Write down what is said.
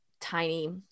tiny